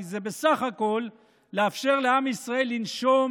כי זה בסך הכול לאפשר לעם ישראל לנשום